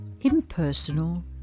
Impersonal